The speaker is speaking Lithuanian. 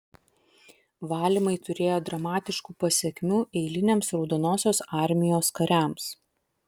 valymai turėjo dramatiškų pasekmių eiliniams raudonosios armijos kariams